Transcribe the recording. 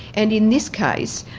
and in this case,